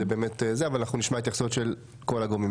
אנחנו נשמע התייחסויות של כל הגורמים.